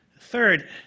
Third